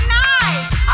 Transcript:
nice